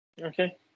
Okay